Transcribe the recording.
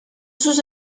sus